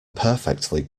perfectly